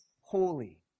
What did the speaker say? holy